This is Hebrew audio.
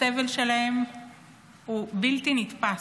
הסבל שלהם הוא בלתי נתפס.